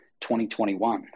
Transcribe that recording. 2021